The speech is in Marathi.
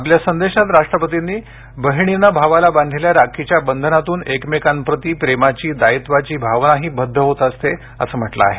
आपल्या संदेशात राष्ट्रपतींनी बहिणीने भावाला बांधलेल्या राखीच्या बंधनातून एकमेकांप्रती प्रेमाची दायीत्वाची भावनाही बद्ध होत असते असं म्हंटल आहे